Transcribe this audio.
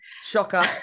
Shocker